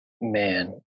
Man